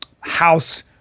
house